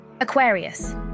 Aquarius